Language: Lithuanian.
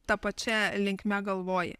ta pačia linkme galvoji